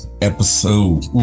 episode